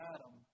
Adam